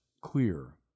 clear